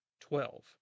twelve